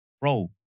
Bro